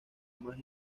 más